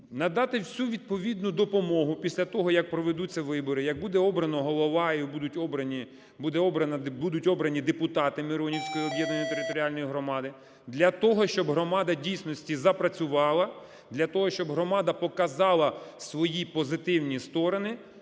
надати всю відповідну допомогу після того, якпроведуться вибори, як буде обрано голову і будуть обрані депутати Миронівської об'єднаної територіальної громади, для того щоб громада в дійсності запрацювала, для того щоб громада показала свої позитивні сторони,